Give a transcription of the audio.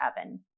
Oven